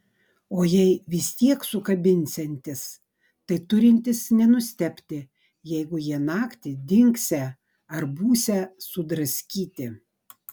o jei vis tiek sukabinsiantis tai turintis nenustebti jeigu jie naktį dingsią ar būsią sudraskyti